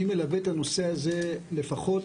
אני מלווה את הנושא הזה לפחות